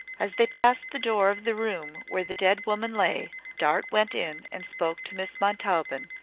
as they passed the door of the room where the dead woman lay dart went in and spoke to miss montaubyn,